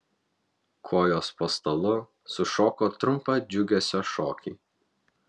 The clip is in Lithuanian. kojos po stalu sušoko trumpą džiugesio šokį